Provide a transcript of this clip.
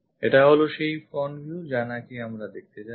এটা হলো সেই front view যা নাকি আমরা দেখতে যাচ্ছি